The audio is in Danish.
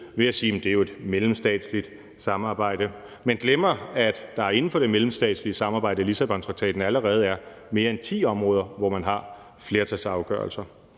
ved at sige: Jamen det er jo et mellemstatsligt samarbejde. Man glemmer, at der inden for det mellemstatslige samarbejde i Lissabontraktaten allerede er mere end ti områder, hvor man har flertalsafgørelser,